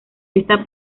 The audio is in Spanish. esta